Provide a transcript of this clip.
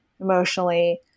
emotionally